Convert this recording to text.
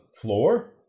floor